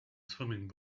swimming